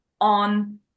on